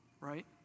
right